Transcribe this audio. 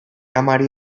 amari